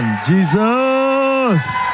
Jesus